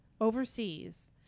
overseas